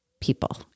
people